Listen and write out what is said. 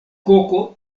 koko